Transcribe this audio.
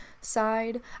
side